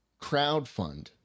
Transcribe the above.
crowdfund